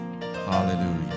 Hallelujah